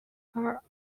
are